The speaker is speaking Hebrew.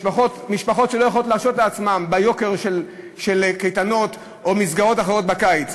זה משפחות שלא יכולות להרשות לעצמן קייטנות יקרות או מסגרות אחרות בקיץ.